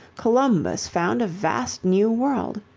columbus found a vast new world.